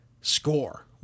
score